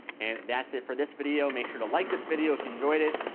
and that's it for this video. make sure to like this video if you enjoyed it.